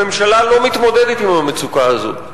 הממשלה לא מתמודדת עם המצוקה הזו.